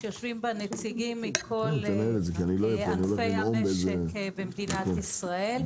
ויושבים בהן נציגים מכל ענפי המשק במדינת ישראל.